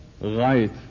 Right